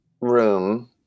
room